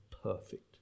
perfect